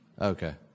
okay